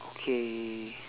K